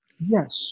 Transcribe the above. Yes